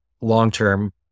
long-term